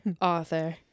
author